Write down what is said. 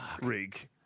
Rig